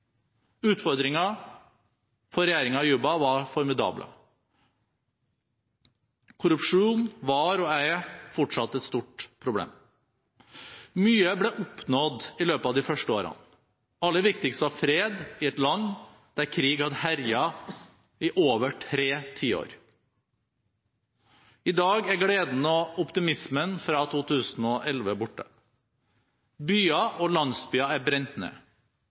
for regjeringen i Juba var formidable. Korrupsjon var og er fortsatt et stort problem. Mye ble oppnådd i løpet av de første årene. Aller viktigst var fred i et land der krig hadde herjet i over tre tiår. I dag er gleden og optimismen fra 2011 borte. Byer og landsbyer er brent ned.